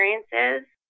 experiences